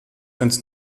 ans